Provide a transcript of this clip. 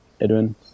Edwin